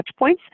Touchpoints